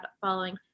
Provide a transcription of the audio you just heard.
following